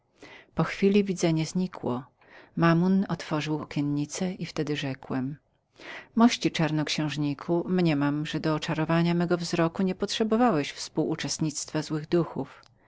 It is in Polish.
po chwili widzenie znikło mammon otworzył okienice i wtedy mu rzekłem mości czarnoksiężniku mniemam że do oczarowania mego wzroku niepotrzebowałeś spółuczestnictwa złych duchów